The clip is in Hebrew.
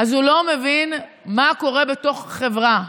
אז הוא לא מבין מה קורה בתוך החברה.